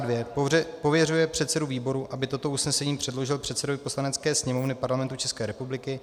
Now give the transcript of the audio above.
II. pověřuje předsedu výboru, aby toto usnesení předložil předsedovi Poslanecké sněmovny Parlamentu České republiky;